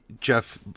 Jeff